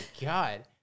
God